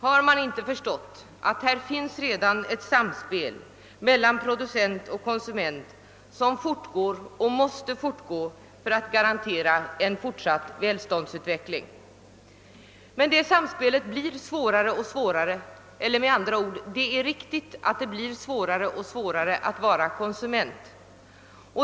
Har man inte förstått att det finns ett samspel mellan producent och konsument som fortgår och måste fortgå för att garantera en fortsatt välståndsutveckling? Detta samspel blir emellertid svårare; det är med andra ord riktigt att det blir svårare att vara konsument.